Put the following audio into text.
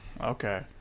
Okay